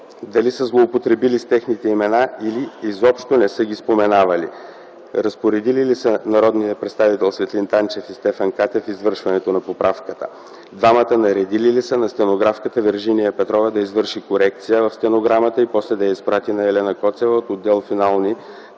дали са злоупотребили с техните имена, или изобщо не са ги споменавали? 2. Разпоредили ли са народният представител Светлин Танчев и Стефан Катев извършването на поправката? 3. Двамата наредили ли са на стенографката Виржиния Петрова да извърши корекция в стенограмата и после да я изпрати на Елена Коцева от отдел „Финални